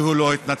והוא לא התנצל.